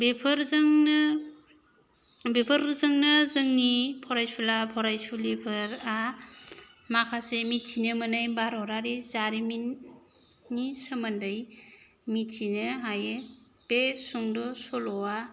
बेफोरजोंनो बेफोरजोंनो जोंनि फरायसुला फरायसुलिफोरा माखासे मिथिनो मोनै भारतारि जारिमिननि सोमोन्दै मिथिनो हायो बे सुंद' सल'वा